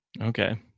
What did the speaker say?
okay